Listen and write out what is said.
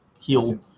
heal